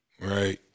Right